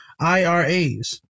IRAs